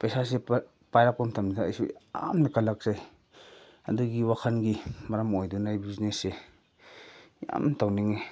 ꯄꯩꯁꯥꯁꯤ ꯄꯥꯏꯔꯛꯄ ꯃꯇꯝꯗ ꯑꯩꯁꯨ ꯌꯥꯝꯅ ꯀꯜꯂꯛꯆꯩ ꯑꯗꯨꯒꯤ ꯋꯥꯈꯟꯒꯤ ꯃꯔꯝ ꯑꯣꯏꯗꯨꯅ ꯑꯩ ꯕꯤꯖꯤꯅꯦꯁꯁꯦ ꯌꯥꯝꯅ ꯇꯧꯅꯤꯡꯉꯤ